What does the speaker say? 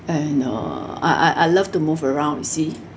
and uh I I I love to move around you see